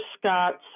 Scott's